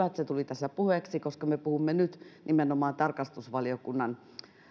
että se tuli tässä puheeksi koska me puhumme nyt nimenomaan tarkastusvaliokunnan